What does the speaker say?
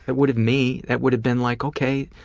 that would have me. that would have been like okay,